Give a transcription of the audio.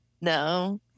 No